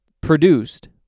produced